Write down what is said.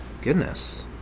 Goodness